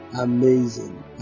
amazing